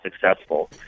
successful